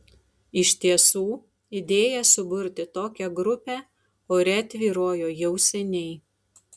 iš tiesų idėja suburti tokią grupę ore tvyrojo jau seniai